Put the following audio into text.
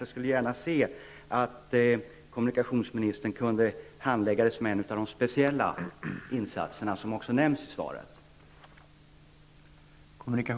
Jag skulle gärna se att kommunikationsministern skulle handlägga detta ärende som en av de speciella insatser som nämns i svaret.